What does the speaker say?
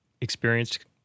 experienced